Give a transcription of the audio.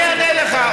אני אענה לך.